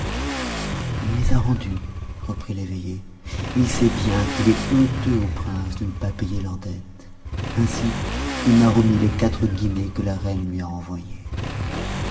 il les a rendues reprit l'eveillé il sait bien qu'il est honteux aux princes de ne pas payer leurs dettes ainsi il m'a remis les quatre guinées que la reine lui a envoyées